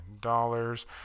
dollars